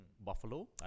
buffalo